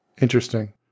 Interesting